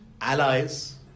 allies